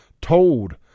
told